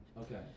Okay